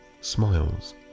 smiles